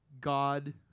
God